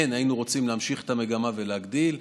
כן היינו רוצים להמשיך את המגמה ולהגדיל.